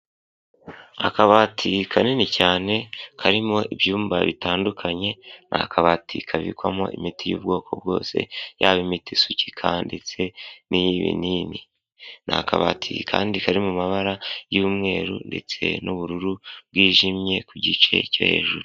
Akabati kanini cyane karimo ibyumba bitandukanye, ni akabati kabikwamo imiti y'ubwoko bwose, yaba imita isukika ndetse n'iy'ibinini, ni akabati kandi kari mu mabara y'umweru ndetse n'ubururu bwijimye ku gice cyo hejuru.